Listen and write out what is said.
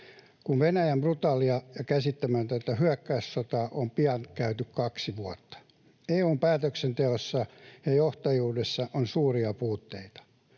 kun Venäjän brutaalia ja käsittämätöntä hyökkäyssotaa on pian käyty kaksi vuotta. EU:n päätöksenteossa ja johtajuudessa on suuria puutteita,